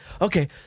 okay